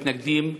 מתנגדים,